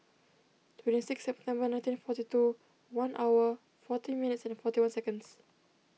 twenty six September nineteen forty two one hour fourteen minutes forty one seconds